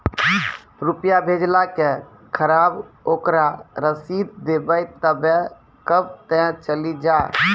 रुपिया भेजाला के खराब ओकरा रसीद देबे तबे कब ते चली जा?